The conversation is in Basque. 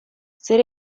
zer